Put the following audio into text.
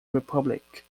republic